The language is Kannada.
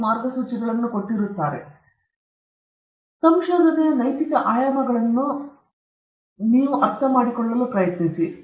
ಸಂಶೋಧನೆಯ ನೈತಿಕ ಆಯಾಮಗಳನ್ನು ಸಂಶೋಧನೆ ಮಾಡಬೇಕಾದ ನೈತಿಕತೆಗಳನ್ನು ನಾವು ಅರ್ಥಮಾಡಿಕೊಳ್ಳಲು ಪ್ರಯತ್ನಿಸುತ್ತೇವೆ